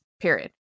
period